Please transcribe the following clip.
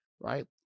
right